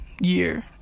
year